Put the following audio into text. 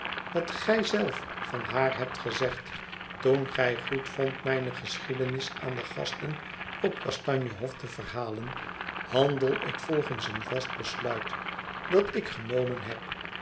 wat gij zelf van haar hebt gezegd toen gij goedvondt mijne geschiedenis aan de gasten op kastanje hof te verhalen handel ik volgens een vast besluit dat ik genomen heb